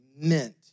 meant